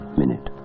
minute